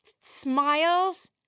smiles